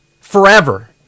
forever